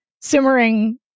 simmering